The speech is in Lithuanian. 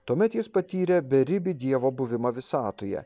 tuomet jis patyrė beribį dievo buvimą visatoje